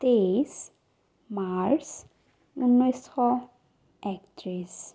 তেইছ মাৰ্চ উনৈছশ একত্ৰিছ